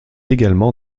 également